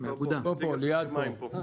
ליעד פה.